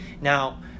now